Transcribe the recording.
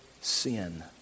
sin